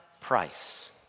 price